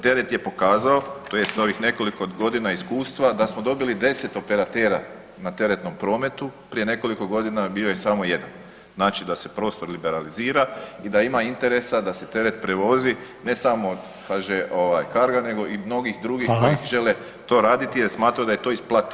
Teret je pokazao tj. novih nekoliko godina iskustva da smo dobili deset operatera na teretnom prometu, prije nekoliko godina bio je samo jedan, znači da se prostor liberalizira i da ima interesa da se teret prevozi ne samo HŽ Cargo-a nego i mnogih drugih koji žele to raditi jer smatraju da je to isplativo.